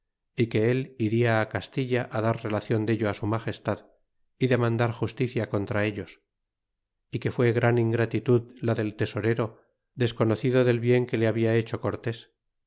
él iria castilla dar relacion dello su magestad y demandar justicia contra ellos y que fié gran ingratitud la del tesorero desconocido del bien que le habla hecho cortés